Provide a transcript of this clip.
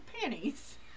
panties